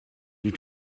you